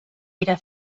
era